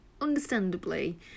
understandably